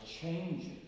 changes